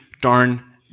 darn